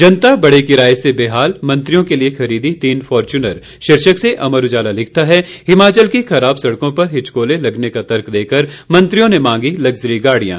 जनता बढ़े किराये से बेहाल मंत्रियों के लिए खरीदीं तीन फॉर्च्यूनर शीर्षक से अमर उजाला लिखता है हिमाचल की खराब सड़कों पर हिचकोले लगने का तर्क देकर मंत्रियों ने मांगी लग्जरी गाड़ियां